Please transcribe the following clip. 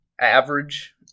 average